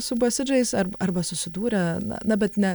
su basidžais arba susidūrę na na bet ne